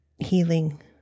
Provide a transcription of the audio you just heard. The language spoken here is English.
healing